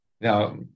Now